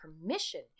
permission